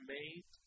made